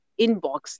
inbox